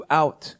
out